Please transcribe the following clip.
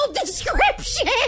description